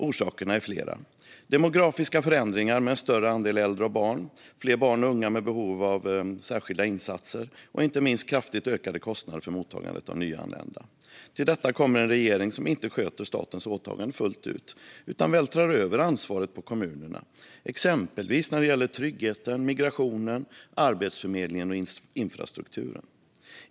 Orsakerna är flera: demografiska förändringar med en större andel äldre och barn, fler barn och unga med behov av särskilda insatser och inte minst kraftigt ökade kostnader för mottagandet av nyanlända. Till detta kommer en regering som inte sköter statens åtaganden fullt ut utan vältrar över ansvaret på kommunerna, exempelvis när det gäller tryggheten, migrationen, arbetsförmedlingen och infrastrukturen.